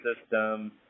system –